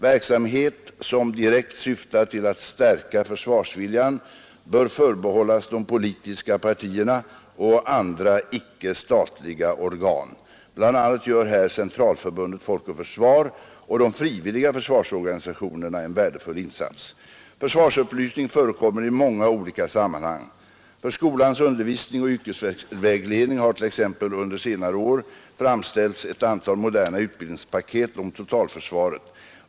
Verksamhet som direkt syftar till att stärka försvarsviljan bör förbehållas de politiska partierna och andra icke-statliga organ. Bl. a. gör här Centralförbundet Folk och försvar och de frivilliga försvarsorganisationerna en värdefull insats. Försvarsupplysning förekommer i många olika sammanhang. För skolans undervisning och yrkesvägledning har t.ex. under senare år framställts ett antal moderna utbildningspaket om totalförsvaret.